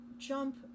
jump